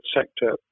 sector